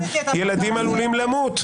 ילדים עלולים למות.